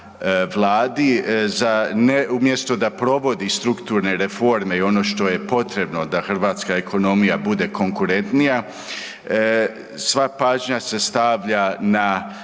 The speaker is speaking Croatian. Vladi za, umjesto da provodi strukturne reforme i ono što je potrebno da hrvatska ekonomija bude konkurentnija, sva pažnja se stavlja na